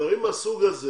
דברים מהסוג הזה